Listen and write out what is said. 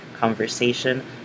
conversation